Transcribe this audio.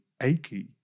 achy